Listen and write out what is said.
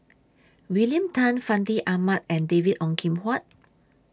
William Tan Fandi Ahmad and David Ong Kim Huat